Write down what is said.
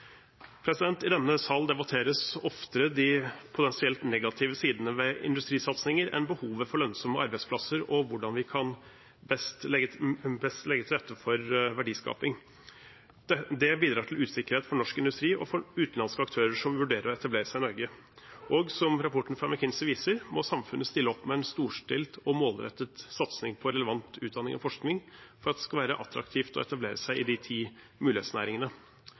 I denne salen debatteres oftere de potensielt negative sidene ved industrisatsinger enn behovet for lønnsomme arbeidsplasser og hvordan vi best kan legge til rette for verdiskaping. Det bidrar til usikkerhet for norsk industri og utenlandske aktører som vurderer å etablere seg i Norge. Og som rapporten fra McKinsey viser, må samfunnet stille opp med en storstilt og målrettet satsing på utdanning og forskning for at det skal være attraktivt å etablere seg i de ti mulighetsnæringene.